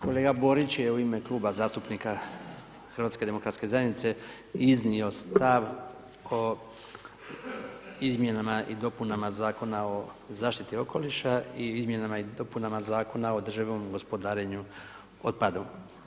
Kolega Borić je u ime Kluba zastupnika HDZ-a iznio stav o Izmjenama i dopunama Zakona o zaštiti okoliša i izmjenama i dopunama Zakona o održivom gospodarenju otpadom.